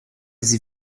sie